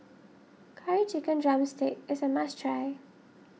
Curry Chicken Drumstick is a must try